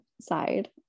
side